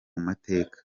mateka